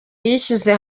yishyize